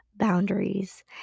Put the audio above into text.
boundaries